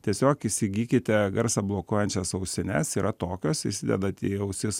tiesiog įsigykite garsą blokuojančias ausines tai yra tokios įsidedat į ausis